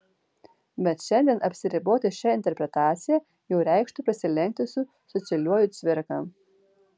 bet šiandien apsiriboti šia interpretacija jau reikštų prasilenkti su socialiuoju cvirka